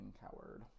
coward